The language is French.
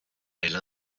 elle